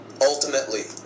ultimately